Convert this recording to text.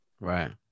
Right